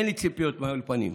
אין לי ציפיות מהאולפנים,